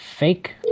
Fake